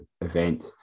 event